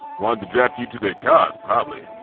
wanted yeah you to their cause probably.